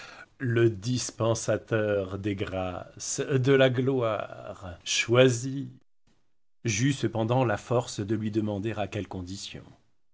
le dispensateur des grâces de la gloire choisis j'eus cependant la force de lui demander à quelle condition